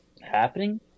happening